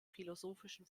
philosophischen